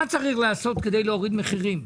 מה צריך עשות כדי להוריד מחירים?